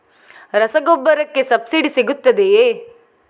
ರಸಗೊಬ್ಬರಕ್ಕೆ ಸಬ್ಸಿಡಿ ಸಿಗುತ್ತದೆಯೇ?